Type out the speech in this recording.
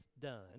done